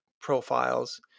profiles